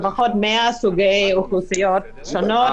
לפחות 100 סוגי אוכלוסיות שונות.